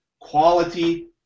quality